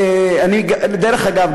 דרך אגב,